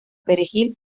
perejil